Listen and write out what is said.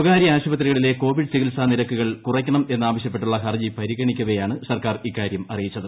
സ്വകാരൃ ആശുപത്രികളിലെ കൊവിഡ് ചികിത്സാ നിരക്കുകൾ കുറയ്ക്കണമെന്നാവശ്യപ്പെട്ടുള്ള ഹർജി പരിഗണിക്കവെയാണ് സർക്കാർ ഇക്കാരൃം അറിയിച്ചത്